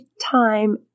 time